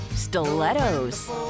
Stilettos